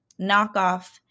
knockoff